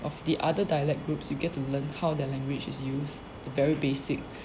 of the other dialect groups you get to learn how their language is used the very basic